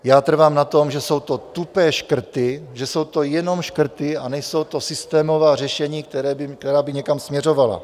Já trvám na tom, že jsou to tupé škrty, že jsou to jenom škrty a nejsou to systémová řešení, která by někam směřovala.